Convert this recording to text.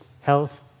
health